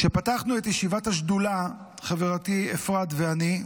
כשפתחנו את ישיבת השדולה, חברתי אפרת ואני,